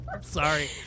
Sorry